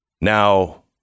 now